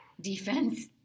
defense